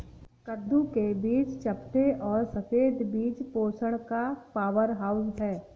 कद्दू के बीज चपटे और सफेद बीज पोषण का पावरहाउस हैं